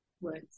words